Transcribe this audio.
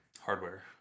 Hardware